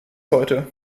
heute